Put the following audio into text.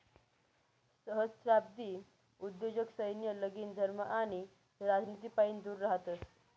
सहस्त्राब्दी उद्योजक सैन्य, लगीन, धर्म आणि राजनितीपाईन दूर रहातस